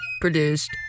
produced